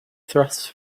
thrust